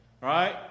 Right